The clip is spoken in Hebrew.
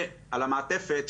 ועל המעטפת,